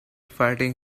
fighting